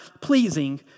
pleasing